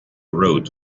roads